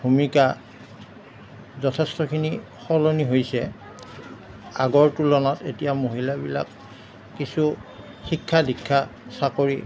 ভূমিকা যথেষ্টখিনি সলনি হৈছে আগৰ তুলনাত এতিয়া মহিলাবিলাক কিছু শিক্ষা দীক্ষা চাকৰি